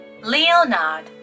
Leonard